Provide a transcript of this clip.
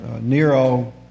Nero